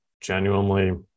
genuinely